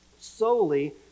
solely